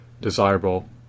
desirable